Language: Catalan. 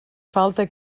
falta